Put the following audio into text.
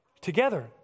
together